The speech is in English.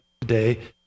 today